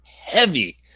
heavy